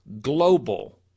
global